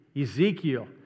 Ezekiel